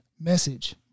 message